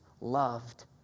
loved